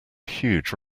huge